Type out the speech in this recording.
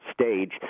stage